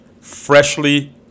freshly